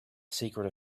secret